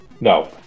No